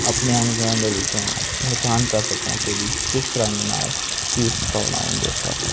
ਆਪਣੇ ਅੰਗਾਂ ਦੇ ਵਿੱਚੋਂ ਪਹਿਚਾਣ ਕਰ ਸਕੋ ਕਿ ਵੀ ਕਿਸ ਰੰਗ ਨਾਲ ਤੁਸੀਂ ਉਸ ਭਾਵਨਾਵਾਂ ਨੂੰ ਦਰਸਾ ਸਕਦੇ ਹੋ